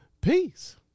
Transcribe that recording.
peace